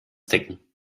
ticken